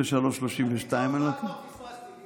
23:32 --- אני את ההופעה כבר פספסתי,